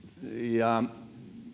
ja sinne